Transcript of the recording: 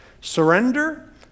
Surrender